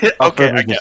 Okay